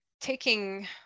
taking